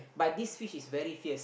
but this fish is very fierce